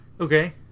Okay